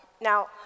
Now